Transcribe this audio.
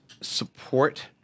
support